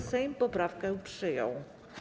Sejm poprawkę przyjął.